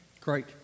Great